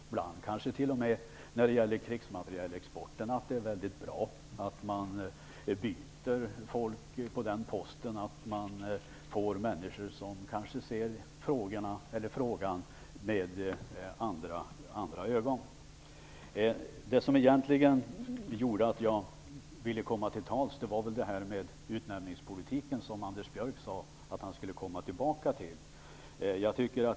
Ibland är det kanske t.o.m. väldigt bra att man, när det gäller krigsmaterielexporten, byter ut folk på den posten, och att man får människor som kanske ser frågan med andra ögon. Det som egentligen gjorde att jag ville komma till tals var utnämningspolitiken som Anders Björck sade att han skulle komma tillbaka till.